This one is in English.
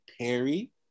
Perry